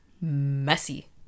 messy